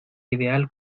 ideal